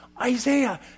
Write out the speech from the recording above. Isaiah